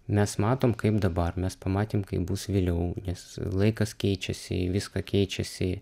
mes matom kaip dabar mes pamatėm kaip bus vėliau nes laikas keičiasi viską keičiasi